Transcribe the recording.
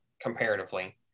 comparatively